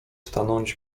stanąć